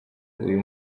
uyu